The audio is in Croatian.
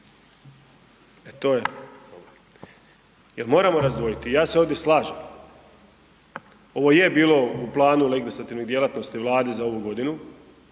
E to je. Jel moramo razdvojiti. Ja se ovdje slažem, ovo je bilo u planu …/Govornik se ne razumije/…djelatnosti Vlade za ovu godinu,